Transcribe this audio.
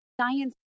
science